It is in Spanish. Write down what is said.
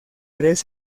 tres